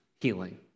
healing